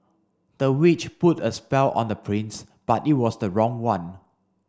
the witch put a spell on the prince but it was the wrong one